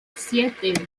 siete